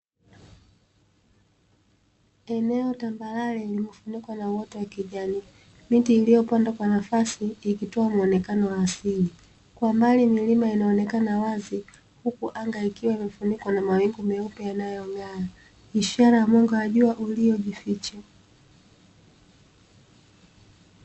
Eneo tambarare limefunikwa na uoto wa kijani, miti iliyopandwa kwa nafasi ikitoa muonekano wa asili, kwa mbali milima inaonekana wazi huku anga likiwa limefunikwa na mawingu meupe yanayong'aa, ishara ya mwanga wa jua ulio jificha.